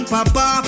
Papa